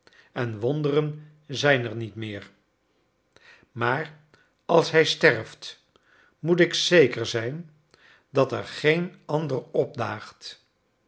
en wonderen zijn er niet meer maar als hij sterft moet ik zeker zijn dat er geen andere opdaagt